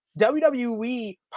WWE